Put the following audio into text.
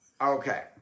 Okay